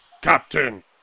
Captain